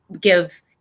give